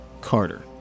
Carter